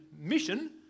mission